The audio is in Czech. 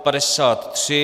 53.